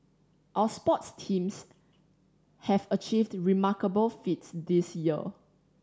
our sports teams have achieved remarkable feats this year